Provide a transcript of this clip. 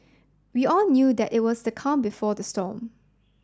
we all knew that it was the calm before the storm